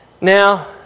Now